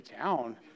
town